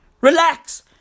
Relax